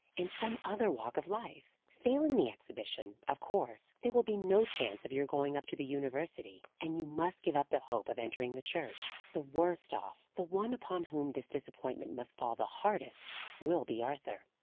in some other walk of life. failing the exhibition, of course there will be no chance of your going up to the university and you must give up the hope of entering the church. the worst off the one upon whom this disappointment must fall the hardest will be arthur.